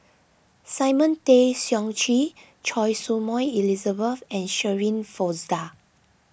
Simon Tay Seong Chee Choy Su Moi Elizabeth and Shirin Fozdar